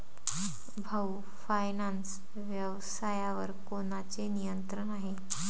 भाऊ फायनान्स व्यवसायावर कोणाचे नियंत्रण आहे?